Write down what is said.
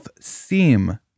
seem